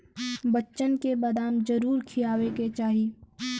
बच्चन के बदाम जरूर खियावे के चाही